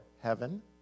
heaven